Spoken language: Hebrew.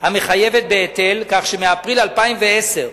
המחייבת בהיטל, כך שמאפריל 2010,